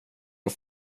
och